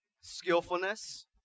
skillfulness